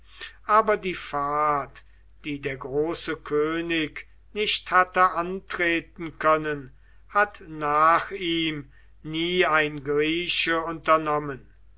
aber die fahrt die der große könig nicht hatte antreten können hat nach ihm nie ein grieche unternommen